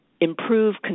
improve